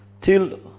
till